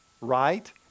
right